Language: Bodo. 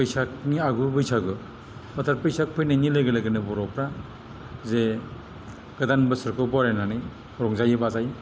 बैसागनि आगु बैसागु अर्थात बैसाग फैनायनि लोगो लोगोनो बर'फोरा जे गोदान बोसोरखौ बरायनानै रंजायो बाजायो